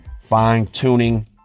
fine-tuning